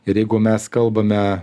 ir jeigu mes kalbame